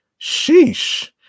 Sheesh